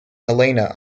helena